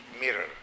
mirror